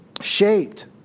shaped